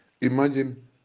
Imagine